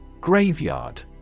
Graveyard